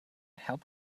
help